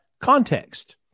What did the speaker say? context